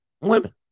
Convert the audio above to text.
women